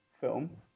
film